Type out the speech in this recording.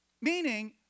Meaning